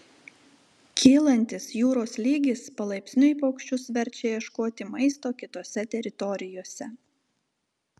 kylantis jūros lygis palaipsniui paukščius verčia ieškoti maisto kitose teritorijose